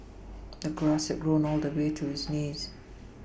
the grass had grown all the way to his knees